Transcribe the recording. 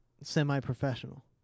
semi-professional